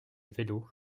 vélo